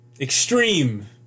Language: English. extreme